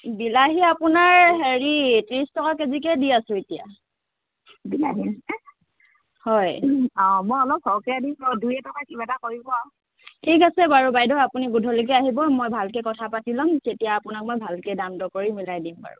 বিলাহী আপোনাৰ হেৰি ত্ৰিছ টকা কেজিকৈ দি আছোঁ এতিয়া বিলাহী হয় অ মই অলপ দুই এটকা কিবা এটা কৰিব আৰু ঠিক আছে বাৰু বাইদেউ আপুনি গধূলিকৈ আহিব মই ভালকৈ কথা পাতি ল'ম তেতিয়া আপোনাক মই ভালকৈ দাম দৰ কৰি মিলাই দিম বাৰু